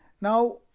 Now